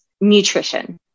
nutrition